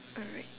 alright